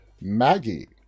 Maggie